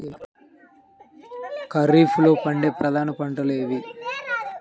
ఖరీఫ్లో పండే ప్రధాన పంటలు ఏవి?